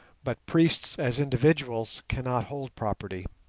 but priests as individuals cannot hold property.